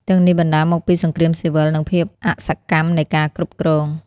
ទាំងនេះបណ្ដាលមកពីសង្គ្រាមស៊ីវិល និងភាពអសកម្មនៃការគ្រប់គ្រង។